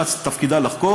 קשה להפריע לך.